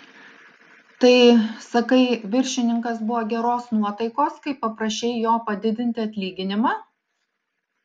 tai sakai viršininkas buvo geros nuotaikos kai paprašei jo padidinti atlyginimą